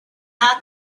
had